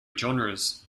genres